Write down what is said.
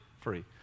free